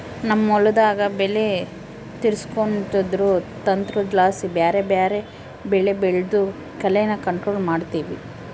ನಮ್ ಹೊಲುದಾಗ ಬೆಲೆ ತಿರುಗ್ಸೋದ್ರುದು ತಂತ್ರುದ್ಲಾಸಿ ಬ್ಯಾರೆ ಬ್ಯಾರೆ ಬೆಳೆ ಬೆಳ್ದು ಕಳೇನ ಕಂಟ್ರೋಲ್ ಮಾಡ್ತಿವಿ